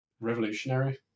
revolutionary